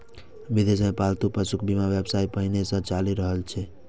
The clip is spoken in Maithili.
विदेश मे पालतू पशुक बीमा व्यवसाय पहिनहि सं चलि रहल छै